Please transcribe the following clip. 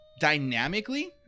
Dynamically